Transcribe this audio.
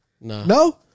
no